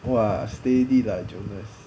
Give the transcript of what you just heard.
!wah! steady lah jonas